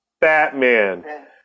Batman